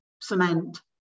cement